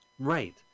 Right